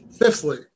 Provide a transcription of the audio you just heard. Fifthly